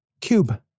cube